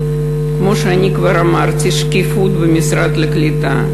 כמו שאני כבר אמרתי: שקיפות במשרד הקליטה.